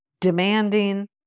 demanding